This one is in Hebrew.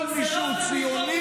כל מי שהוא ציוני,